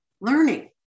learning